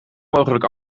mogelijk